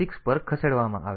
6 પર ખસેડવામાં આવે છે